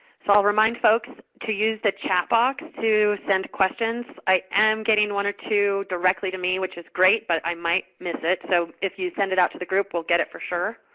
so i'll remind folks to use the chat box to send questions. i am getting one or two directly to me, which is great, but i might miss it. so, if you send it out to the group, we'll get it for sure.